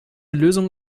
lösung